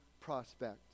prospect